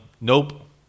nope